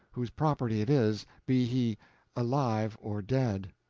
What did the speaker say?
whose property it is, be he alive or dead.